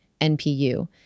NPU